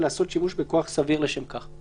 ולעשות שימוש בכוח סביר לשם כך.